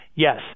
Yes